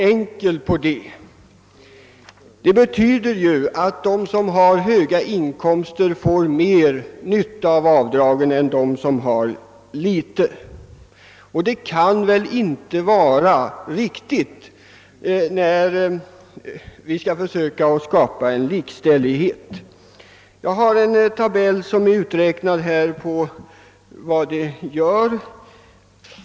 En dylik avdragsrätt innebär ju, att de som har höga inkomster får mera nytta av avdraget än de som har låga inkomster. Det kan väl inte vara riktigt, när vi går in för likställighet. Jag har en tabell över en uträkning av vad avdragsrätten medför för olika inkomsttagare.